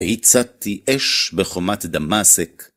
היצעתי אש בחומת דמאסק.